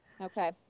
Okay